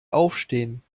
aufstehen